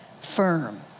firm